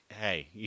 Hey